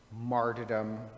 martyrdom